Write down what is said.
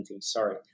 sorry